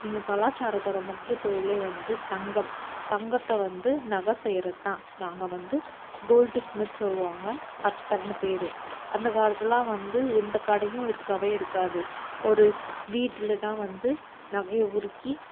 எங்கள் கலாச்சாரத்தோட முக்கியத் தொழில் வந்து தங்கம் தங்கத்தை வந்து நகை செய்வது தான் நாங்கள் வந்து கோல்டு ஸ்மித் சொல்வாங்க பத்தர்னு பேர் அந்தக்காலத்திலலாம் வந்து எந்தக் கடையும் இருக்கவே இருக்காது ஒரு வீட்டில் தான் வந்து நகையை உருக்கி